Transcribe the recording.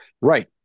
right